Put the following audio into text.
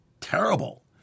terrible